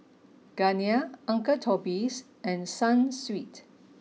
Garnier uncle Toby's and Sunsweet